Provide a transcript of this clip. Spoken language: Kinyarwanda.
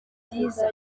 byiza